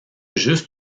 juste